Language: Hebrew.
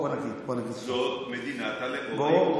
זאת מדינת הלאום היהודי.